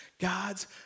God's